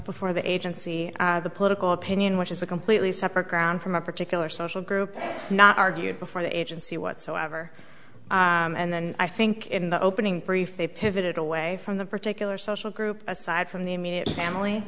before the agency the political opinion which is a completely separate ground from a particular social group not argued before the agency whatsoever and then i think in the opening brief they pivoted away from the particular social group aside from the immediate family